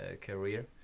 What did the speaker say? career